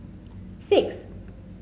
six